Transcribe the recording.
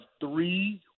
three